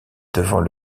devant